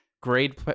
grade